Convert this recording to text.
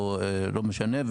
או לא משנה,